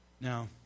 Now